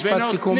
משפט סיכום,